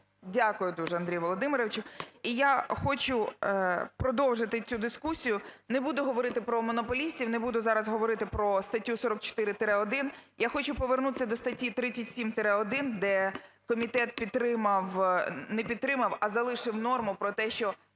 Дякую, дуже Андрію Володимировичу. І я хочу продовжити цю дискусію. Не буду говорити про монополістів, не буду зараз говорити про статтю 44-1. Я хочу повернутись до статті 37-1, де комітет підтримав… не підтримав, а залишив норму про те, що